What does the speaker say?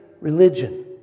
religion